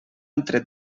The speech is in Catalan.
entre